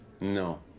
No